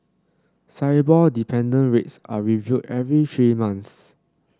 S I B O R dependent rates are reviewed every three months